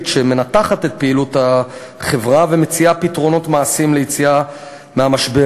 שמנתחת את פעילות החברה ומציעה פתרונות מעשיים ליציאה מהמשבר.